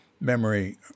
memory